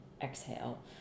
exhale